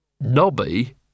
Nobby